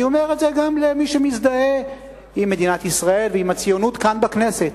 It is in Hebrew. אני אומר את זה גם למי שמזדהה עם מדינת ישראל ועם הציונות כאן בכנסת.